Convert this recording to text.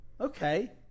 okay